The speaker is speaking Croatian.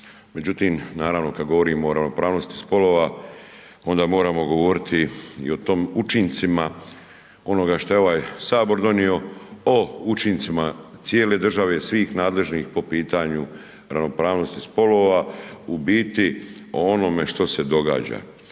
međutim naravno kad govorimo o ravnopravnosti spolova onda moramo govoriti i o tom učincima onoga što je ovaj sabor donio o učincima cijele države, svih nadležnih po pitanju ravnopravnosti spolova, u biti onome što se događa.